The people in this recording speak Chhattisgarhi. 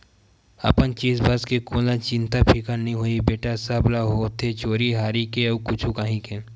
अपन चीज बस के कोन ल चिंता फिकर नइ होही बेटा, सब ल होथे चोरी हारी के अउ कुछु काही के